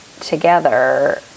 together